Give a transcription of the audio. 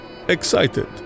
excited